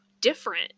different